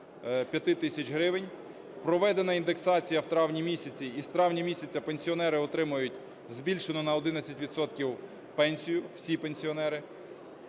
5 тисяч гривень. Проведена індексація в травні місяці, і з травня місяця пенсіонери отримають збільшену на 11 відсотків пенсію, всі пенсіонери.